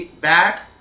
back